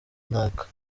runaka